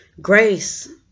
grace